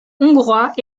hongrois